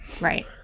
right